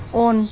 on